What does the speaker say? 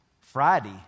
Friday